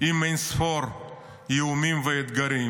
עם אין-ספור איומים ואתגרים,